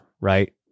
right